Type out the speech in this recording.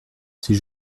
ses